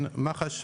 מח"ש,